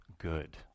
good